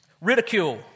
Ridicule